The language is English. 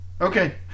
Okay